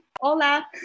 hola